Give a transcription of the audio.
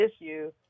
issue